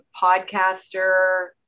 podcaster